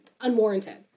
unwarranted